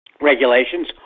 regulations